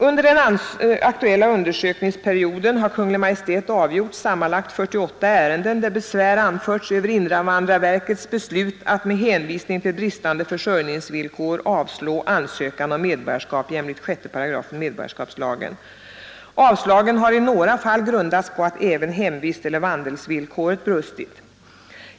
Under den aktuella undersökningsperioden har Kungl. Maj:t avgjort sammanlagt 48 ärenden där besvär anförts över invandrarverkets beslut att med hänvisning till bristande försörjningsvillkor avslå ansökan om medborgarskap jämlikt 6 § medborgarskapslagen. Avslagen har i några fall grundats på att inte heller hemvisteller vandelsvillkoret varit uppfyllt.